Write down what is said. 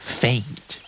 faint